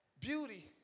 beauty